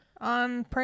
on